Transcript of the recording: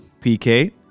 PK